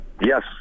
Yes